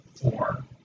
Four